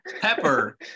pepper